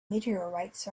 meteorites